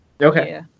Okay